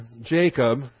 Jacob